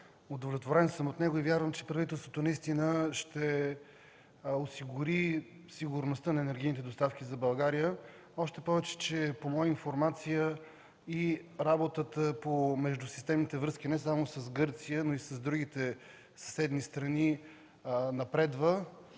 Удовлетворен съм от него и вярвам, че правителството наистина ще осигури сигурността на енергийните доставки за България, още повече че по моя информация и работата по междусистемните връзки не само с Гърция, но и с другите съседни страни напредва.